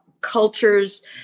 cultures